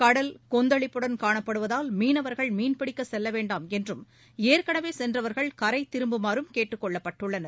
கடல் கொந்தளிப்புடன் காணப்படுவதால் மீனவர்கள் மீன்பிடிக்க செல்ல வேண்டாம் என்றும் ஏற்கனவே சென்றவர்கள் கரை திரும்புமாறும் கேட்டுக் கொள்ளப்பட்டுள்ளனர்